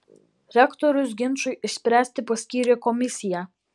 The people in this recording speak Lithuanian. rektorius ginčui išspręsti paskyrė komisiją